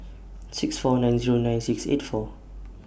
six four nine Zero nine six eight four